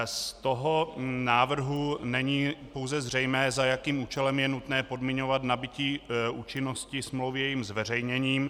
Z toho návrhu není pouze zřejmé, za jakým účelem je nutné podmiňovat nabytí účinnosti smlouvy jejím zveřejněním.